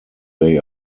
they